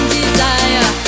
desire